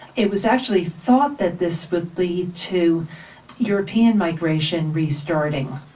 it was actually thought that this would lead to european migration re-starting,